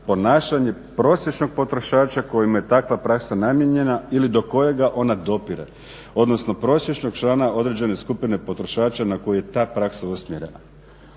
ponašanje prosječnog potrošača kojem je takva praksa namijenjena ili do kojega ona dopire, odnosno prosječnog člana određene skupine potrošača na koje je ta praksa usmjerena.